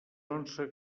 onça